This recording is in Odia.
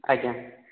ଆଜ୍ଞା